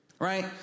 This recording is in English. Right